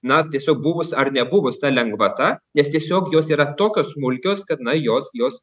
na tiesiog buvus ar nebuvus ta lengvata nes tiesiog jos yra tokios smulkios kad na jos jos